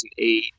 2008